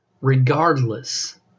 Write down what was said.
regardless